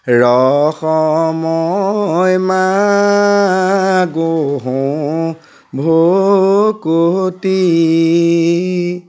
ৰসময় মাগোহো ভকতি